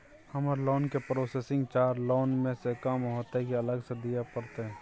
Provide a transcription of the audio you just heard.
हमर लोन के processing charge loan म स कम होतै की अलग स दिए परतै?